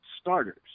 starters